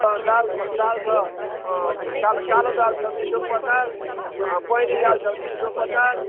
दाल छ दाल छ कालो कालो दाल छ दुई सय पचास पहेँली दाल छ तिन सय पचास